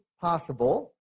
possible